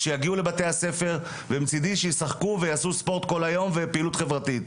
שיגיעו לבתי הספר ומצידי שישחקו ויעשו ספורט כל היום ופעילות חברתית.